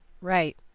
right